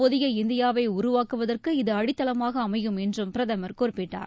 புதிய இந்தியாவை உருவாக்குவதற்கு இது அடித்தளமாக அமையும் என்றும் பிரதமர் குறிப்பிட்டார்